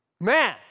man